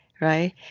right